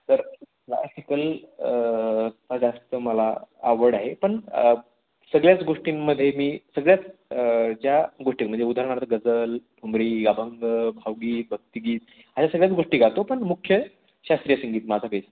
तर क्लासिकल जास्त मला आवड आहे पण सगळ्याच गोष्टींमध्ये मी सगळ्याच ज्या गोष्टी म्हणजे उदाहरणार्थ गजल ठुमरी अभंग भावगीत भक्तिगीत ह्या सगळ्याच गोष्टी गातो पण मुख्य शास्त्रीय संगीत माझा बेस